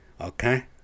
Okay